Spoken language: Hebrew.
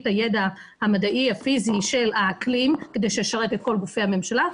הידע המדעי הפיזי של האקלים כדי שישרת את כל גופי הממשלה,